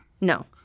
No